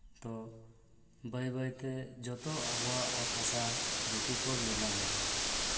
ᱛᱚ ᱵᱟᱹᱭᱼᱵᱟᱹᱭᱛᱮ ᱡᱚᱛᱚ ᱟᱵᱚᱣᱟᱜ ᱚᱛ ᱦᱟᱥᱟ ᱫᱤᱠᱩ ᱠᱚ ᱱᱤᱞᱟᱹᱢᱮᱫᱼᱟ